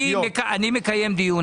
אני מקיים דיון.